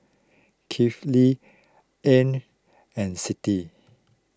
Kifli an and Siti